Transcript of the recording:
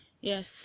yes